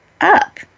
up